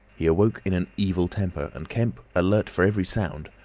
he awoke in an evil temper, and kemp, alert for every sound,